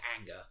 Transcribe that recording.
anger